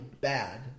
bad